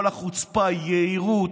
היהירות,